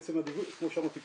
כמו שאמרתי קודם,